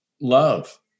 love